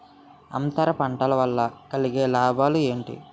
అంతర పంట వల్ల కలిగే లాభాలు ఏంటి